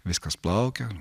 viskas plaukia